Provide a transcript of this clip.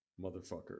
motherfucker